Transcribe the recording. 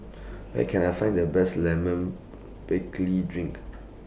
Where Can I Find The Best Lemon Drink